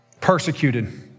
persecuted